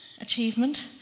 achievement